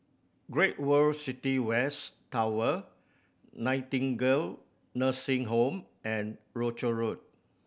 Great World City West Tower Nightingale Nursing Home and Rochor Road